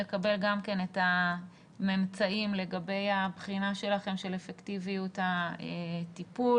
לקבל גם את הממצאים לגבי הבחינה שלכם של אפקטיביות הטיפול.